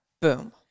Boom